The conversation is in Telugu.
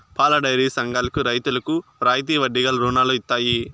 పాలడైరీ సంఘాలకు రైతులకు రాయితీ వడ్డీ గల రుణాలు ఇత్తయి